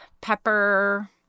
pepper